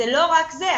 זה לא רק זה,